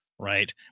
Right